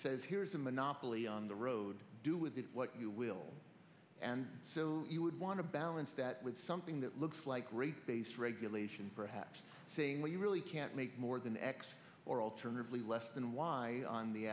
says here is a monopoly on the road do with it what you will and so you would want to balance that with something that looks like rate based regulation perhaps saying we really can't make more than x or alternatively less than y on the